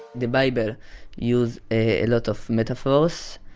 the bible uses a lot of metaphors